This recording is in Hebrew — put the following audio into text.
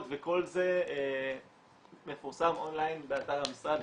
וכל זה מפורסם און ליין באתר המשרד,